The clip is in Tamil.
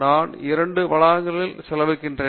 நான் 2 ஆண்டுகள் வளாகத்தில் செலவழிக்கின்றேன்